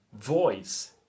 voice